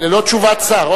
ללא תשובת שר.